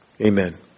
Amen